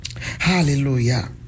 Hallelujah